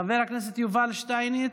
חבר הכנסת יובל שטייניץ,